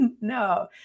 No